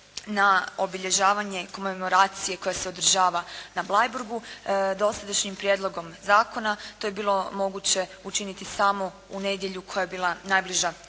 na obilježavanje komemoracije koja se održava na Bleiburgu. Dosadašnjim prijedlogom zakona to je bilo moguće učiniti samo u nedjelju koja je bila najbliža